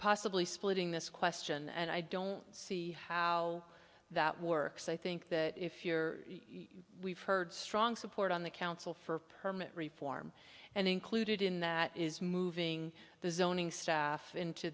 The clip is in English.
possibly splitting this question and i don't see how that works i think that if you're we've heard strong support on the council for permit reform and included in that is moving the zoning staff into